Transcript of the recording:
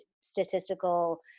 statistical